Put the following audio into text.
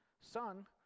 Son